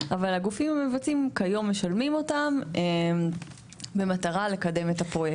אבל הגופים המבצעים כיום משלמים אותם במטרה לקדם את הפרויקט.